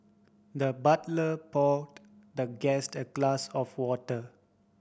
the butler poured the guest a glass of water